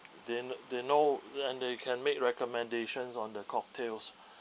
they they know then they can make recommendations on the cocktails